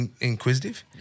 inquisitive